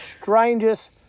strangest